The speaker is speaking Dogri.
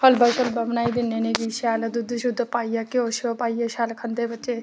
हलवा बनाई दिन्ने होने उनेंगी शैल दुद्ध पाइयै शैल घ्यो पाइयै खंदे बच्चे